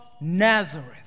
Nazareth